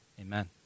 Amen